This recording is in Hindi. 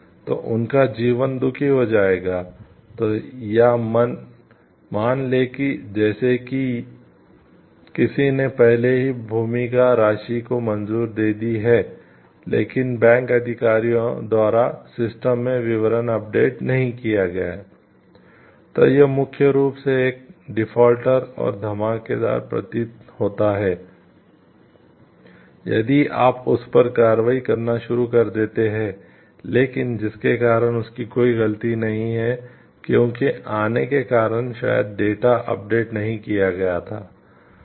तो यह मुख्य रूप से एक डिफॉल्टर और धमाकेदार प्रतीत होता है यदि आप उस पर कार्रवाई करना शुरू कर देते हैं लेकिन जिसके कारण उसकी कोई गलती नहीं है क्योंकि आने के कारण शायद डेटा अपडेट नहीं किया गया था